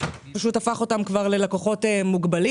הבנק הפך אותם ללקוחות מוגבלים.